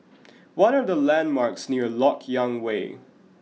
what are the landmarks near Lok Yang Way